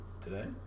today